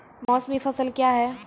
मौसमी फसल क्या हैं?